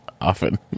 often